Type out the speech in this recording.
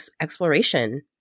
exploration